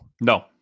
No